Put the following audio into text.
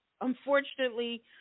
Unfortunately